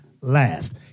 last